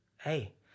hey